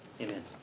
Amen